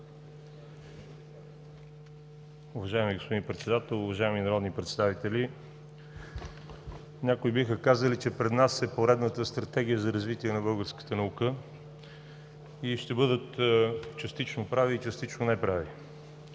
Уважаеми господин Председател, уважаеми народни представители! Някои биха казали, че пред нас е поредната Стратегия за развитие на българската наука, и ще бъдат частично прави и частично неправи.